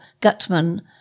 Gutman